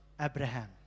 Abraham